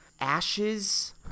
ashes